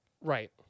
Right